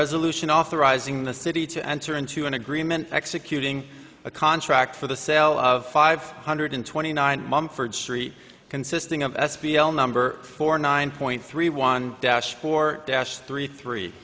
resolution authorizing the city to enter into an agreement executing a contract for the sale of five hundred twenty nine mumford street consisting of s p l number four nine point three one dash for dash three three